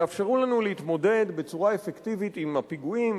שיאפשרו לנו להתמודד בצורה אפקטיבית עם הפיגועים,